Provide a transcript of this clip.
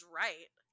right